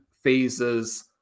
phases